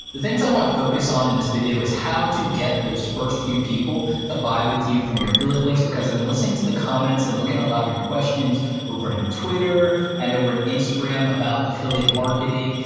the things i wanna focus on in this video is how to get those first few people to buy with you from your affiliate links, because i've been listening to the comments and looking at a lot of your questions over on and twitter and over in instagram about affiliate marketing,